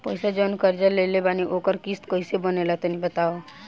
पैसा जऊन कर्जा लेले बानी ओकर किश्त कइसे बनेला तनी बताव?